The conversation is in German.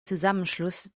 zusammenschluss